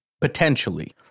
Potentially